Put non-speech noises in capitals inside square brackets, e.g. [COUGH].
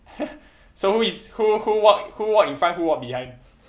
[LAUGHS] so who is who who walk who walk in front who walk behind